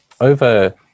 over